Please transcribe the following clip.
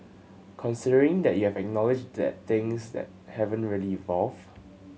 considering that you have acknowledged that things that haven't really evolved